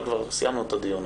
כבר סיימנו את הדיון.